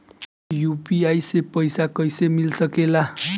UPI से पइसा कईसे मिल सके ला?